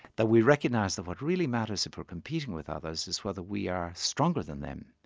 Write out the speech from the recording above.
that we recognise that what really matters if we're competing with others is whether we are stronger than them,